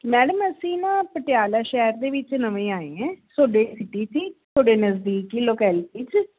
madam ਅਸੀਂ ਨਾ ਪਟਿਆਲਾ ਸ਼ਹਿਰ ਦੇ ਵਿੱਚ ਨਵੇਂ ਆਏ ਹੈ ਤੁਹਾਡੇ ਸਿਟੀ 'ਚ ਹੀ ਤੁਹਾਡੇ ਨਜ਼ਦੀਕ ਹੀ ਲੋਕੇਲਟੀ 'ਚ